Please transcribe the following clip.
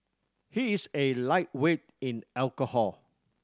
he is a lightweight in alcohol